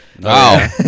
Wow